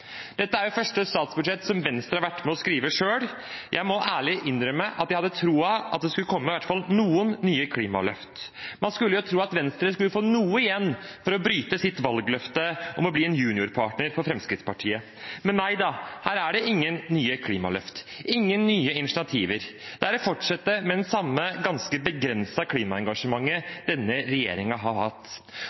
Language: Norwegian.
Dette er det første statsbudsjettet som Venstre har vært med på å skrive selv. Jeg må ærlig innrømme at jeg hadde troen på at det skulle komme i hvert fall noen nye klimaløft. Man skulle tro at Venstre skulle fått noe igjen for å bryte sitt valgløfte om ikke å bli en juniorpartner for Fremskrittspartiet. Men nei da, her er det ingen nye klimaløft, ingen nye initiativer. Det er å fortsette med det samme ganske begrensede klimaengasjementet denne regjeringen har hatt.